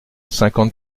cinquante